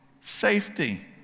safety